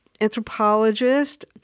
anthropologist